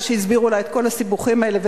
אחרי שהסבירו לה את כל הסיבוכים האלה,